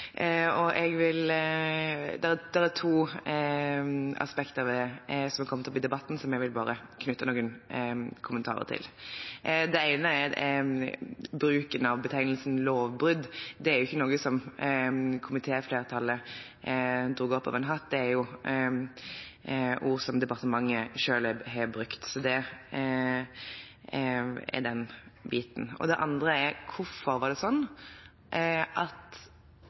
jeg synes det er kjekt å stå her, men for å si noe. Det er to aspekter som er kommet opp i debatten som jeg vil knytte noen kommentarer til. Det ene er bruken av betegnelsen «lovbrudd». Det er ikke noe komitéflertallet tok opp av en hatt. Det er jo et ord som departementet selv har brukt. – Så det er det ene. Det andre er: Hvorfor var det sånn at